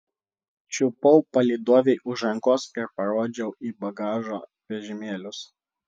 čiupau palydovei už rankos ir parodžiau į bagažo vežimėlius